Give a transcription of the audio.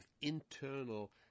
internal